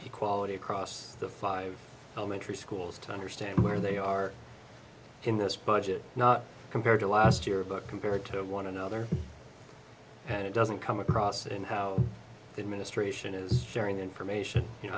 the quality across the five elementary schools to understand where they are in this budget not compared to last year book compared to one another and it doesn't come across in how the administration is sharing information you know